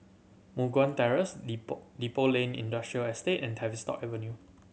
Moh Guan Terrace Depot Depot Lane Industrial Estate and Tavistock Avenue